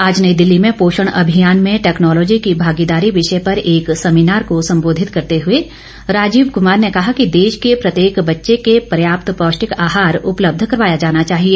आज नई दिल्ली में पोषण अभियान में टैक्नोलोजी की भागीदारी विषय पर एक सेमीनार को सम्बोाधित करते हुए राजीव कुमार ने कहा कि देश के प्रत्येक बच्चे को पर्याप्त पौष्टिक आहार उपलब्ध कराया जाना चाहिए